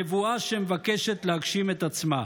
נבואה שמבקשת להגשים את עצמה.